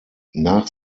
nach